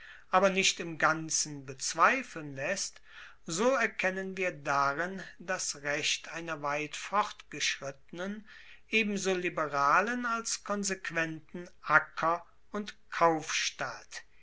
aber nicht im ganzen bezweifeln laesst so erkennen wir darin das recht einer weit vorgeschrittenen ebenso liberalen als konsequenten acker und kaufstadt